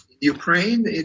Ukraine